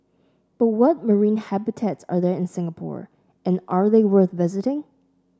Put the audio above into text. but what marine habitats are there in Singapore and are they worth visiting